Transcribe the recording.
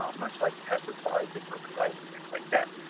um much like pesticides and herbicides and things like that.